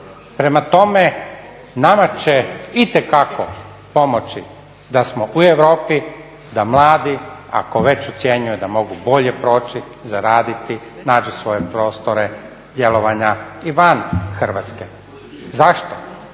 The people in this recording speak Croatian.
Prema tome, nama će itekako pomoći da smo u Europi, da mladi ako već … da mogu bolje proći, zaraditi, nađu svoje prostore djelovanja i van Hrvatske. Zašto?